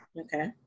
Okay